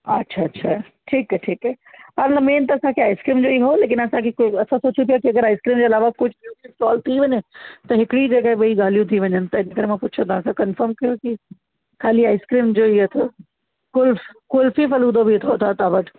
अच्छा अच्छा ठीकु आहे ठीकु आहे हा न मैन त असांखे आइसक्रीम जो ई हो लेकिन असांखे कोई असां सोचूं पिया की अगरि आइसक्रीम जे अलावा कुझु ॿियो बि स्टॉल थी वञे त हिकिड़ी जॻह ॿई ॻाल्हियूं थी वञनि त इन करे मां पुछियो तव्हां खां कंफ़र्म कयोसीं ख़ाली आइसक्रीम जो ही अथव कुल्फ़ कुल्फ़ी फ़लूदो बि अथव छा तव्हां वटि